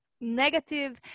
negative